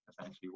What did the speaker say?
essentially